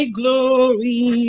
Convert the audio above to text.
glory